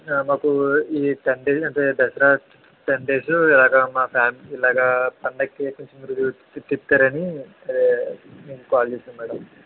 మాకు ఈ ten days అంటే దసరా టెన్ డేసు ఇలాగా మా ఫ్యామిలీ ఇలాగా పండుగకి మీరు తిప్పుతారని అదే కాలు చేశాను మ్యాడం